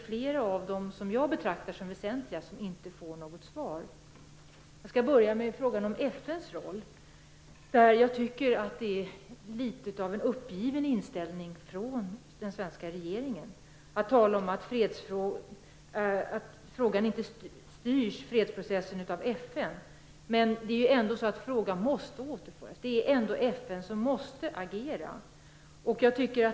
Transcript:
Flera av de frågor som jag betraktar som väsentliga får inget svar. Jag kan börja med frågan om FN:s roll. Det är litet av en uppgiven inställning från den svenska regeringen att tala om att fredsprocessen inte styrs av FN. Men frågan måste återföras dit. Det är ändå FN som måste agera.